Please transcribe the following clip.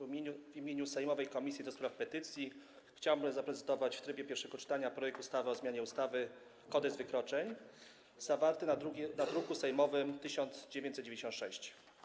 W imieniu sejmowej Komisji do Spraw Petycji chciałbym zaprezentować w trybie pierwszego czytania projekt ustawy o zmianie ustawy Kodeks wykroczeń, zawarty w druku sejmowym nr 1996.